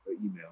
email